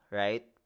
right